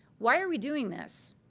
why are we doing this?